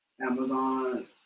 Amazon